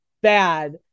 bad